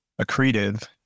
accretive